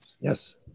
Yes